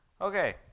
Okay